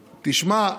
תשמע,